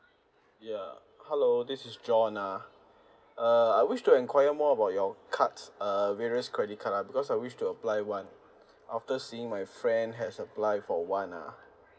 ya hello this is john ah uh I wish to enquire more about your cards uh various credit card ah because I wish to apply one after seeing my friend has applied for one ah